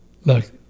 Look